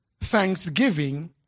Thanksgiving